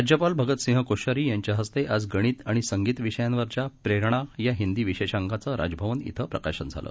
राज्यपालभगतसिंहकोश्यारीयांच्याहस्तेआजगणितआणिसंगितविषयावरच्या प्रेरणायाहिंदीविशेषांकाचंराजभवनइथंआजप्रकाशन झाल